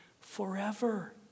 forever